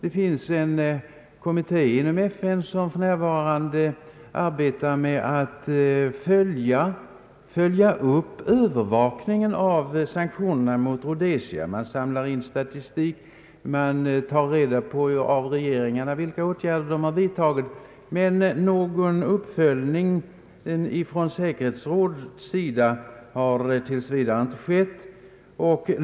En kommitté inom FN arbetar för närvarande med att följa upp övervakningen av sanktioner mot Rhodesia. Den samlar in statistik och tar av regeringarna reda på vilka åtgärder som vidtagits, men någon uppföljning från säkerhetsrådets sida har tills vidare inte skett.